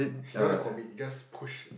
he don't want to commit he just push